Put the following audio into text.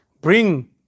bring